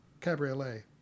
Cabriolet